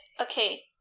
Okay